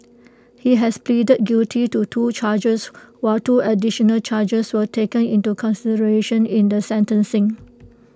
he had pleaded guilty to two charges while two additional charges were taken into consideration in the sentencing